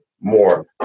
more